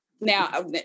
now